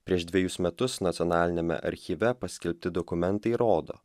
prieš dvejus metus nacionaliniame archyve paskelbti dokumentai rodo